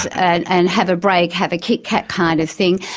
and and have a break, have a kit-kat' kind of thing,